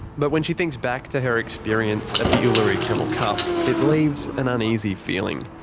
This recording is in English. but when she thinks back to her experience at the uluru camel cup. it leaves an uneasy feeling.